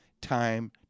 time